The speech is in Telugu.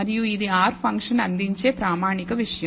మరియు ఇది R ఫంక్షన్ అందించే ప్రామాణిక విషయం